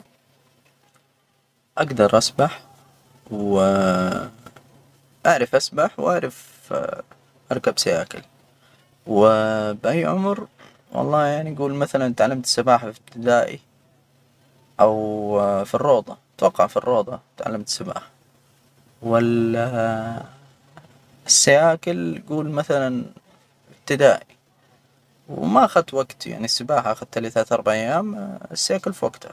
أجدر أسبح وأعرف أسبح، وأعرف، أركب سياكل. وبأي عمر؟ والله يعني جول مثلا تعلمت السباحة في إبتدائي. أو في الروضة، أتوقع في الروضة، تعلمت السباحة. وال السياكل جول مثلا ابتدائي، وما أخذت وجت يعني السباحة أخدت لى ثلاثة، أربعة أيام، السياكل في وجتها.